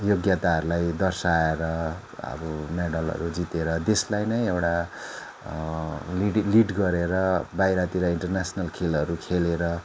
योग्यताहरूलाई दर्शाएर अब मेडलहरू जितेर देशलाई नै एउटा लिडिङ लेड गरेर बाहिरतिर इन्टरनेसनल खेलहरू खेलेर